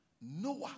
Noah